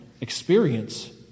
experience